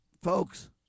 Folks